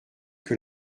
que